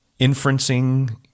inferencing